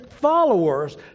followers